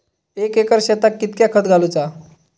एक एकर शेताक कीतक्या खत घालूचा?